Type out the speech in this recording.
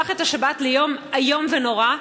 זה הפך את השבת ליום איום ונורא.